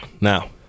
Now